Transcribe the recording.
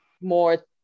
more